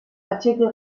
artikel